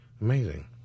amazing